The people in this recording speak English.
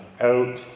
out